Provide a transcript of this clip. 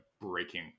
breaking